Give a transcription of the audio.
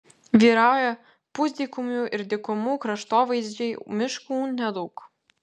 vyrauja pusdykumių ir dykumų kraštovaizdžiai miškų nedaug